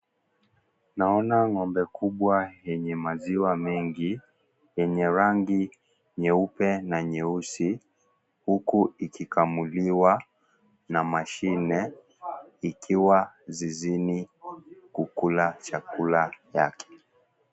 Naona ng'omba kubwa yenye maziwa mengi, yenye rangi nyeupe na nyeusi huku ikikamuliwa na mashini ikiwa zizini kukula chakula yake.